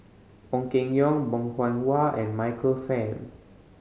Ong Keng Yong Bong Hiong Hwa and Michael Fam